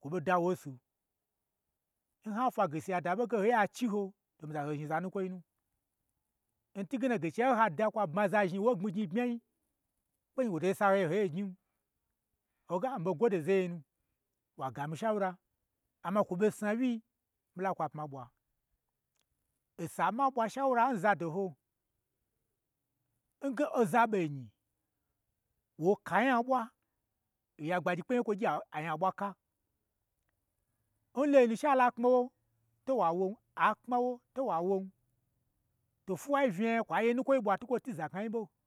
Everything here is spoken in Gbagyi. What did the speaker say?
kwo ɓo da wo nsu. N ha fwa gachiya da ɓo ge ho ye a chiho, omiza ho zhni zanu kwoi nu, n twuge na, ga chiya n ha da kwa bma za zhnii wo gbni gnyi n bmyan, kpein wo to saho ye hoi gnyi, hoga mii ɓo gwode n zaye yinuwa gami shaura, amma kwo ɓo sna n wyii, mi la kwa pma ɓwa, osa n ma ɓwa shaura n zado ho, nge oza ɓo nyi, wo kanya ɓwam oya gbagyi kpe onya n kwo gyi anya ɓwaka, n lo nyi she a la kpmawo to wa won, a kpma wo to wa won, to twuwai unya kwa oye nukwoi ɓwa n twukwo twu n za knayi ɓo